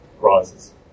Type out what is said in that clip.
rises